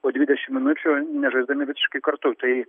po dvidešimt minučių nežaisdami visiškai kartu tai